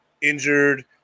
injured